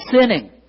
sinning